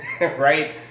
right